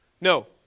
No